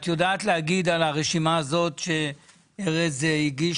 לחכות שנתיים עד לקבלת אישור ניהול תקין מרשם